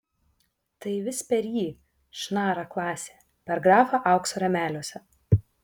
tai vis per jį šnara klasė per grafą aukso rėmeliuose